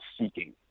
seeking